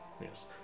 Yes